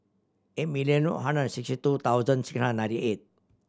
eight million one hundred sixty two thousand six hundred ninety eight